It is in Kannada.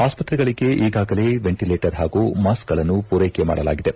ಆಸ್ಪತ್ರೆಗಳಿಗೆ ಈಗಾಗಲೇ ವೆಂಟಲೇಟರ್ ಹಾಗೂ ಮಾಸ್ಕ್ ಗಳನ್ನು ಪೂರೈಕೆ ಮಾಡಲಾಗಿದೆ